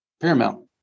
paramount